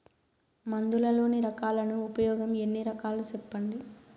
మందులలోని రకాలను ఉపయోగం ఎన్ని రకాలు? సెప్పండి?